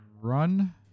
Run